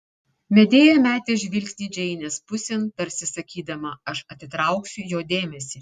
medėja metė žvilgsnį džeinės pusėn tarsi sakydama aš atitrauksiu jo dėmesį